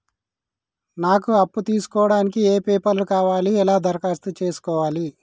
నాకు అప్పు తీసుకోవడానికి ఏ పేపర్లు కావాలి ఎలా దరఖాస్తు చేసుకోవాలి?